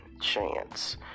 chance